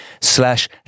slash